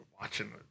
watching